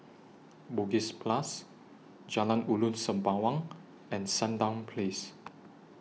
Bugis Plus Jalan Ulu Sembawang and Sandown Place